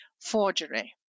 forgery